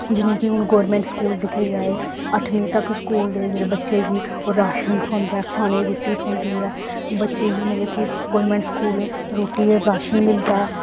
जि'यां कि हून गौरमैंट स्कूल दिक्खेआ जाए अठमीं तक स्कूल दे जेह्ड़े बच्चे गी ओह् राशन थ्होंदा ऐ खाने गी रुट्टी थ्होंदी ऐ बच्चे गी मतलब कि गौरमैंट स्कूल रुट्टी राशन मिलदा ऐ